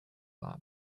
lap